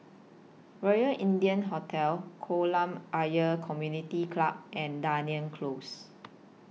Royal India Hotel Kolam Ayer Community Club and Dunearn Close